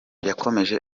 yakomeje